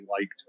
liked